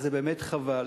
אז זה באמת חבל.